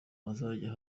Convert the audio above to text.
ahazajya